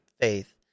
faith